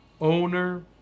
owner